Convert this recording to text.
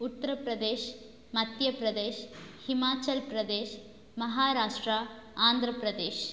Uttar Pradesh Madhya Pradesh Himachal Pradesh Maharashtra Andhra Pradesh